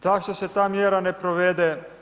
Zašto se ta mjera na provede?